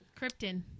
Krypton